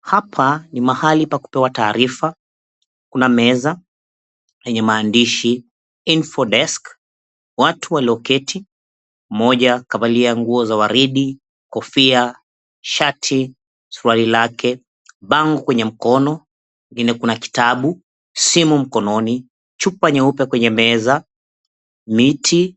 Hapa ni mahali pa kupewa taarifa. Kuna meza yenye maandishi, "Info Desk". Watu walioketi, mmoja kavalia nguo za waridi, kofia, shati, suruali lake, bango kwenye mkono, kwengine kuna kitabu, simu mkononi, chupa nyeupe kwenye meza, miti,